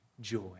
joy